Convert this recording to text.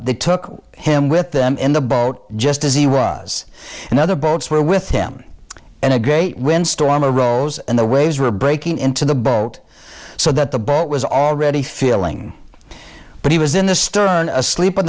they took him with them in the boat just as he was and other boats were with him and a great wind storm a rose and the waves were breaking into the boat so that the boat was already filling but he was in the stern asleep on